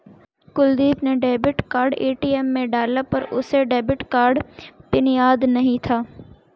कुलदीप ने debit card ATM में डाला पर उसे डेबिट कार्ड पिन याद नहीं था